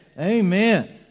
amen